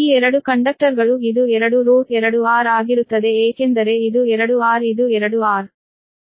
ಈ 2 ಕಂಡಕ್ಟರ್ಗಳು ಇದು 2√2 ಆರ್ ಆಗಿರುತ್ತದೆ ಏಕೆಂದರೆ ಇದು 2 r ಇದು 2 r